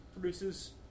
produces